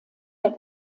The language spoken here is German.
der